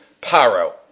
paro